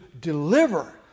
deliver